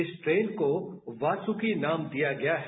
इस ट्रेन को वासुकी नाम दिया गया है